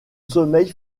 sommeil